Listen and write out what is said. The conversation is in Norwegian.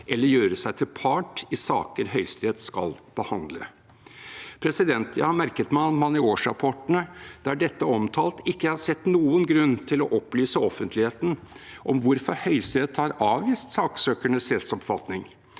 eller gjøre seg til part i saker Høyesterett skal behandle. Jeg har merket meg at man i årsrapportene der dette er omtalt, ikke har sett noen grunn til å opplyse offentligheten om hvorfor Høyesterett har avvist saksøkernes rettsoppfatning.